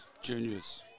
Juniors